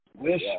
Wish